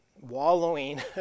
wallowing